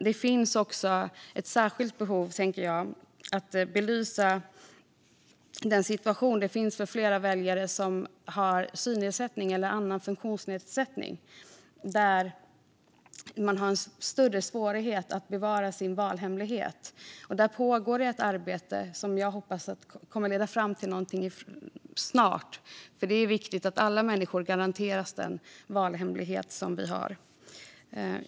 Det finns också ett särskilt behov av att belysa den situation som råder för väljare som har synnedsättning eller annan funktionsnedsättning. De har större svårighet att bevara sin valhemlighet. Här pågår ett arbete som jag hoppas kommer att leda fram till någonting snart. Det är viktigt att alla människor garanteras den valhemlighet som vi har.